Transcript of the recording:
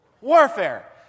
warfare